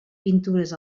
pintures